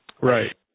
Right